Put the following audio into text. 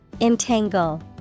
Entangle